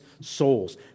souls